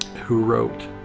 who wrote